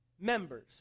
members